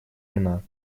вина